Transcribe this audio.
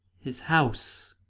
his house,